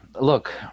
look